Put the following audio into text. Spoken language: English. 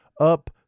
up